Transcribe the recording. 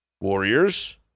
Warriors